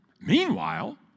Meanwhile